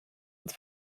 ins